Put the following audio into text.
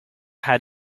had